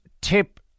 tip